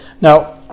Now